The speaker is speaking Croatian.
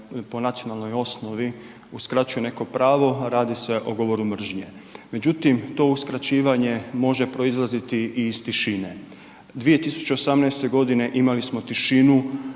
po nacionalnoj osnovi uskraćuje neko pravo, radi se o govoru mržnje. Međutim to uskraćivanje može proizlaziti i iz tišine. 2018. imali smo tišinu,